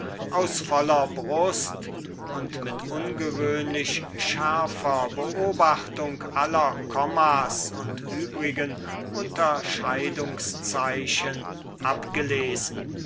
aus voller kehle und mit ungewöhnlich scharfer beobachtung aller komma's und übrigen unterscheidungszeichen abgelesen